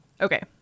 Okay